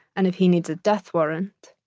and if he needs a death warrant,